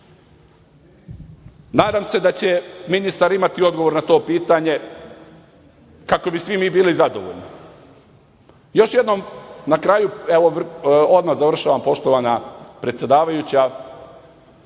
Nadam se da će ministar imati odgovor na to pitanje, kako bi svi mi bili zadovoljni. Još jednom, na kraju, evo odmah završavam, poštovana predsedavajuća,